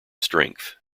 strength